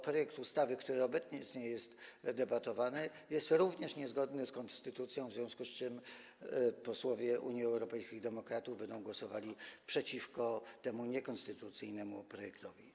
Projekt ustawy, nad którym obecnie debatujemy, również jest niezgodny z konstytucją, w związku z czym posłowie Unii Europejskich Demokratów będą głosowali przeciwko temu niekonstytucyjnemu projektowi.